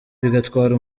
bigatwara